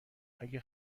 اگه